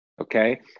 Okay